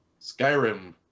Skyrim